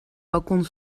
balkon